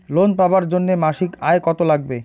Loan পাবার জন্যে মাসিক আয় কতো লাগবে?